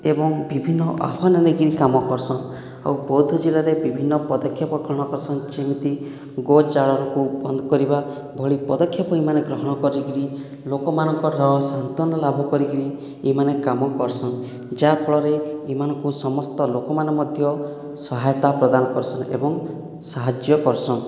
ଏବଂ ବିଭିନ୍ନ ଆହ୍ୱାନ ନେଇକରି କାମ ଆଉ ବୌଦ୍ଧ ଜିଲ୍ଲାରେ ବିଭିନ୍ନ ପଦକ୍ଷେପ କ'ଣ କର୍ସନ୍ ଯେମିତି ଗୋଚାଲାଣକୁ ବନ୍ଦ କରିବା ଭଳି ପଦକ୍ଷେପ ଏମାନେ ଗ୍ରହଣ କରିକରି ଲୋକମାନଙ୍କର ସାନ୍ତ୍ଵନା ଲାଭ କରିକରି ଏହିମାନେ କାମ କର୍ସନ୍ ଯାହାଫଳରେ ଏମାନଙ୍କୁ ସମସ୍ତେ ଲୋକମାନେ ମଧ୍ୟ ସହାୟତା ପ୍ରଦାନ କର୍ସନ୍ ଏବଂ ସାହାଯ୍ୟ କର୍ସନ୍